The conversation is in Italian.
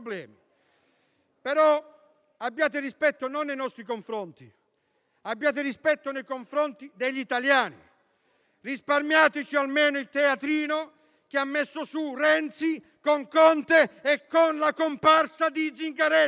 però rispetto non nei nostri confronti, ma nei confronti degli italiani, risparmiandoci almeno il teatrino che hanno messo su Renzi e Conte, con la comparsa di Zingaretti.